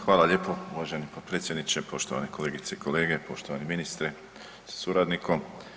Hvala lijepo uvaženi potpredsjedniče, poštovane kolegice i kolege, poštovani ministre sa suradnikom.